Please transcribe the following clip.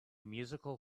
musical